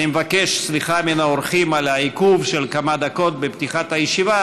אני מבקש סליחה מן האורחים על העיכוב של כמה דקות בפתיחת הישיבה,